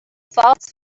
false